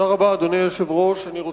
אדוני היושב-ראש, תודה רבה.